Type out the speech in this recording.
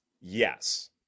Yes